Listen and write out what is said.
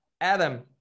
Adam